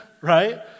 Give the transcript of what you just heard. right